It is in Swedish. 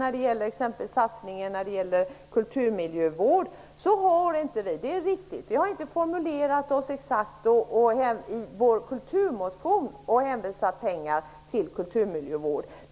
När det gäller t.ex. finansieringen av kulturmiljövård har vi inte, helt riktigt, formulerat oss exakt i vår kulturmotion och hänvisat pengar till kulturmiljövård.